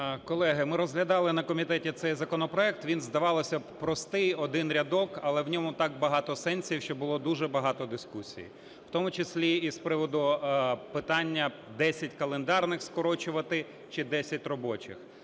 Колеги, ми розглядали на комітеті цей законопроект, він, здавалося б, простий – один рядок, але в ньому так багато сенсів, що було дуже багато дискусій, в тому числі і з приводу питання: 10 календарних скорочувати чи 10 робочих.